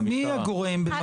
מי הגורם במשרד?